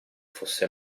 fosse